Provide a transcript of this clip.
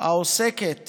העוסקת